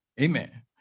Amen